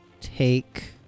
take